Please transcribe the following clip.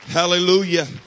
Hallelujah